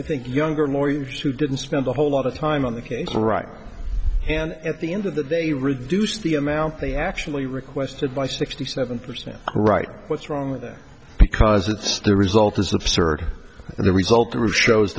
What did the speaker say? i think younger more years who didn't spend a whole lot of time on the case right and at the end of that they reduce the amount they actually requested by sixty seven percent right what's wrong with it because it's the result is absurd and the result through shows